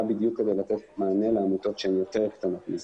בדיוק כדי לתת מענה לעמותות שהן יותר קטנות מזה,